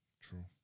True